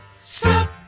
stop